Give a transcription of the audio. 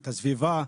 את הסביבה,